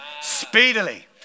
Speedily